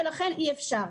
ולכן אי אפשר.